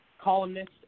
columnist